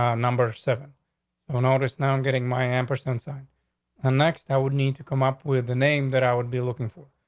um number seven on august. now i'm getting my and percent the um next i would need to come up with the name that i would be looking for.